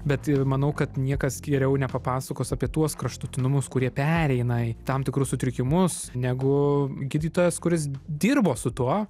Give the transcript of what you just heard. bet manau kad niekas geriau nepapasakos apie tuos kraštutinumus kurie pereina į tam tikrus sutrikimus negu gydytojas kuris dirbo su tuo